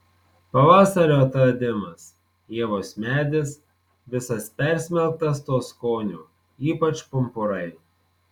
pavasario atradimas ievos medis visas persmelktas to skonio ypač pumpurai